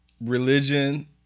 religion